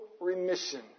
remission